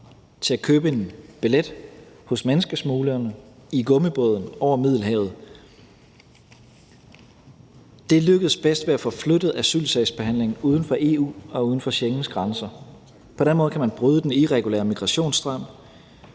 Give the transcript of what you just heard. til at købe en billet hos menneskesmuglerne i gummibåden over Middelhavet. Det lykkes bedst ved at få flyttet asylsagsbehandlingen uden for EU og uden for Schengens grænser. På den måde kan man bryde den irregulære migrationsstrøm